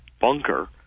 bunker